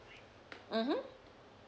mmhmm